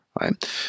right